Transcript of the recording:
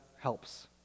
helps